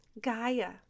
Gaia